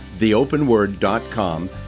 theopenword.com